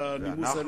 ואנחנו,